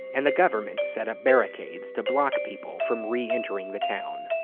and the government set up barricades to block people from re-entering the town.